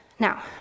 Now